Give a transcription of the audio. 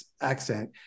accent